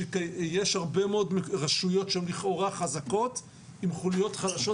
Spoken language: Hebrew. שיש הרבה מאוד רשויות שלכאורה חזקות עם חוליות חלשות,